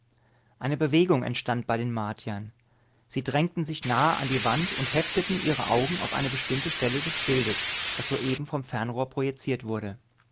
eine bewegung entstand bei den martiern sie drängten sich nahe an die wand und hefteten ihre augen auf eine bestimmte stelle des bildes das soeben vom fernrohr projiziert wurde